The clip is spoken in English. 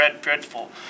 dreadful